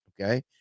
Okay